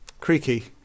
Creaky